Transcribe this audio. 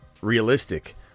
realistic